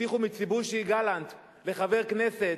הבטיחו "מיצובישי גלנט" לחבר כנסת